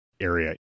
area